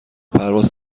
پرواز